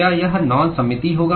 क्या यह नान सममितीय होगा